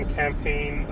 campaign